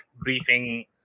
briefing